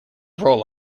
roll